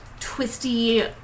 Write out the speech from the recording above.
twisty